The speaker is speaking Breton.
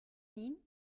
ganin